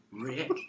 Rick